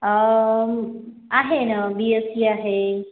आहे ना B SC आहे